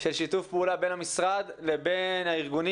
של שיתוף פעולה בין המשרד לבין הארגונים